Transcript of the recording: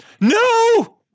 No